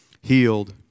healed